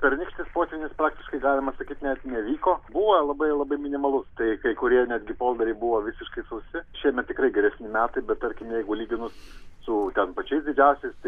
pernykštis potvynis praktiškai galima sakyti net nevyko buvo labai labai minimalus tai kai kurie netgi polderiai buvo visiškai sausi šiemet tikrai geresni metai bet tarkim jeigu lyginus su ten pačiais didžiausiais tai